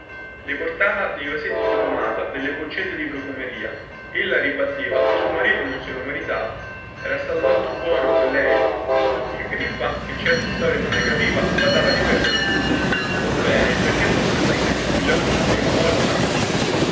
le portava dei vasetti di pomata delle boccette di profumeria ella ribatteva che suo marito non se lo meritava era stato tanto buono con lei il crippa che certe storie non le capiva badava a ripetere or bene giacchè vostro marito ha chiuso gli occhi una prima volta